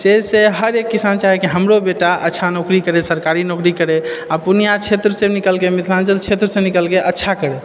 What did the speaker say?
से से हर एक किसान चाहै कि हमरो बेटा अच्छा नौकरी करै सरकारी नौकरी करै अपनो इहाँ क्षेत्र से निकलिके मिथिलाञ्चल क्षेत्र से निकलिके अच्छा करै